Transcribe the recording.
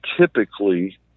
typically